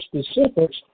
specifics